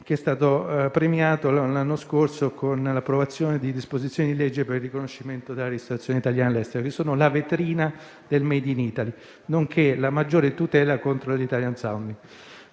che è stato premiato, l'anno scorso, con l'approvazione di disposizioni di legge per il riconoscimento della ristorazione italiana all'estero, che rappresenta la vetrina del *made in Italy*, nonché la maggiore tutela contro l'*Italian sounding*.